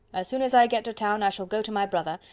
as soon as i get to town i shall go to my brother,